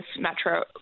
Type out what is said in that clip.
Metro